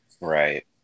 Right